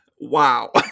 Wow